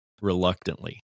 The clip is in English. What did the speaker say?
reluctantly